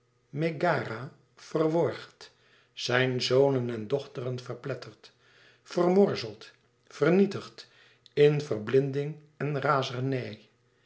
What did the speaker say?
megara verworgd zijn zonen en dochteren verpletterd vermorzeld vernietigd in verblinding en razernij